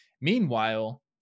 Meanwhile